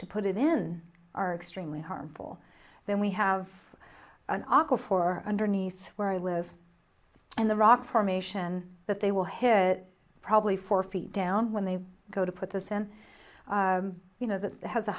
to put it in are extremely harmful then we have an aco for underneath where i live and the rock formation that they will hit probably four feet down when they go to put this and you know that has the